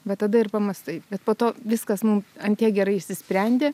va tada ir pamąstai bet po to viskas mum ant tiek gerai išsisprendė